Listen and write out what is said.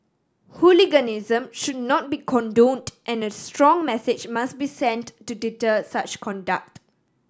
hooliganism should not be condoned and a strong message must be sent to deter such conduct